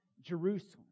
Jerusalem